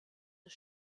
des